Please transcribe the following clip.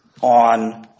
on